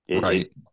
right